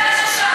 זו השאלה ששאלתי.